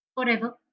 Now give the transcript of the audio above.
forever